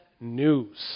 news